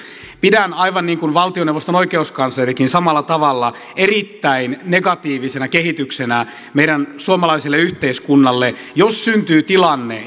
pidän aivan niin kuin valtioneuvoston oikeuskanslerikin samalla tavalla erittäin negatiivisena kehityksenä suomalaiselle yhteiskunnalle jos syntyy tilanne